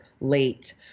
late